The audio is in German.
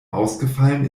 ausgefallen